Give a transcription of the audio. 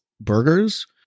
burgers